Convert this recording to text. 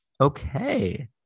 Okay